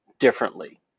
differently